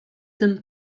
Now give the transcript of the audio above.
tym